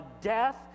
Death